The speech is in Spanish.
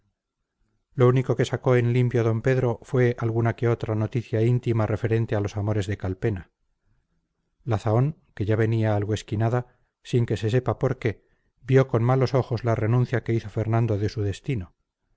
lo único que sacó en limpio d pedro fue alguna que otra noticia íntima referente a los amores de calpena la zahón que ya venía algo esquinada sin que se sepa por qué vio con malos ojos la renuncia que hizo fernando de su destino